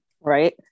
Right